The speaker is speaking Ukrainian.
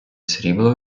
срібла